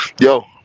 Yo